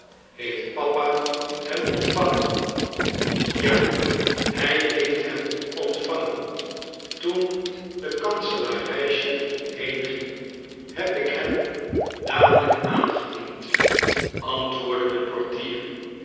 heeft papa hem ontvangen ja hij heeft hem ontvangen toen de kanselarijchef heenging heb ik hem dadelijk aangediend antwoordde de portier